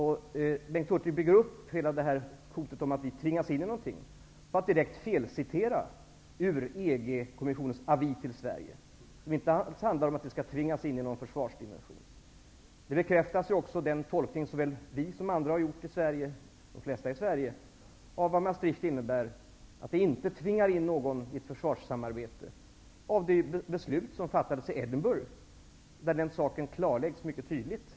Han bygger upp hela den här hotbilden -- att vi tvingas in i någonting -- på något som är direkt felciterat ur EG-kommissionens avi till Sverige, som inte alls handlar om att vi skall tvingas in i någon försvarsdimension. Den tolkning som såväl vi som de flesta andra i Sverige har gjort av vad Maastrichtfördraget innebär -- det tvingar alltså inte in någon i ett försvarssamarbete -- bekräftas av det beslut som fattades i Edinburgh. Där klarläggs den saken mycket tydligt.